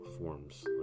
forms